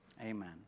amen